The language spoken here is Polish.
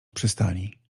przystani